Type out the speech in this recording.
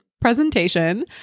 presentation